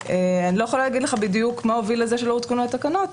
אני לא יכולה להגיד לך בדיוק מה הוביל לזה שלא הותקנו התקנות.